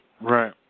right